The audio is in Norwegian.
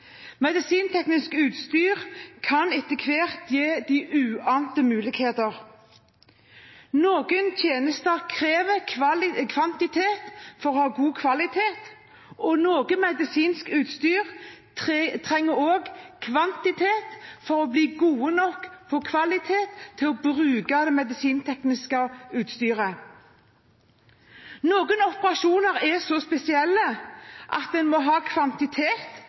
Medisinteknisk utstyr kan etter hvert gi uante muligheter. Noen tjenester krever kvantitet for å gi god kvalitet. For noe medisinteknisk utstyr trenger en kvantitet for å gi god nok kvalitet i bruken av utstyret. Noen operasjoner er så spesielle at en må ha kvantitet